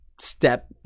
step